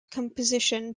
composition